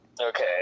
Okay